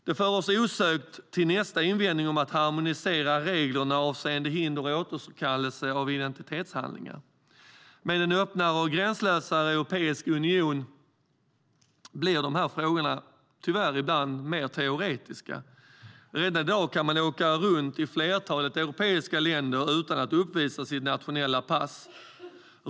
Det för oss osökt till nästa invändning om att harmonisera regler avseende hinder och återkallelse av identitetshandlingar. Med en öppnare och gränslösare europeisk union blir de här frågorna tyvärr ibland mer teoretiska. Redan i dag kan man åka runt i flertalet europeiska länder utan att uppvisa sitt nationella pass.